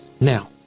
Now